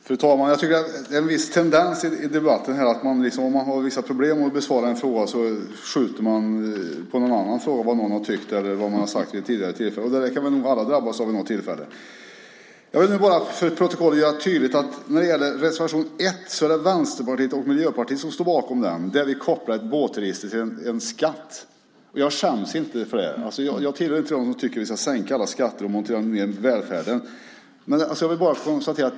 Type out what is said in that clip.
Fru talman! Det är en viss tendens i debatten att om man har problem med att besvara en fråga hänvisar man till vad någon har tyckt och sagt vid något tidigare tillfälle. Det verkar vi alla drabbas av vid något tillfälle. Jag vill till protokollet få tydligt antecknat att det är Vänsterpartiet och Miljöpartiet som står bakom reservation 1, där vi kopplar båtregistret till en skatt. Jag skäms inte för det. Jag tillhör inte dem som tycker att vi ska sänka alla skatter med motiveringen att öka välfärden.